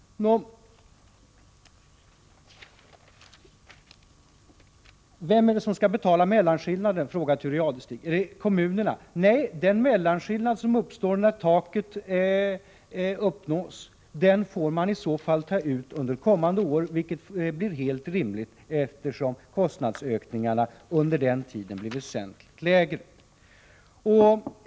Vilka är det som skall betala mellanskillnaden? Är det kommunerna? frågar Thure Jadestig. Nej, den mellanskillnad som uppstår när taket nås får man i så fall ta ut under kommande år, vilket blir helt rimligt, eftersom kostnadsökningarna under den tiden blir väsentligt lägre.